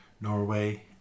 Norway